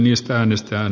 räsäsen esitystä